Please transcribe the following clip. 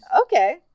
Okay